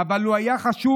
"אבל הוא היה חשוב"